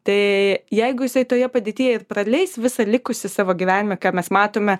tai jeigu jisai toje padėtyje ir praleis visą likusį savo gyvenimą ką mes matome